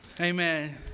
Amen